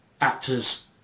actors